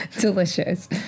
delicious